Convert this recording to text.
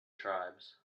tribes